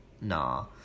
Nah